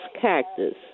cactus